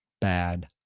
bad